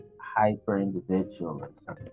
hyper-individualism